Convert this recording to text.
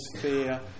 fear